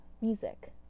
Music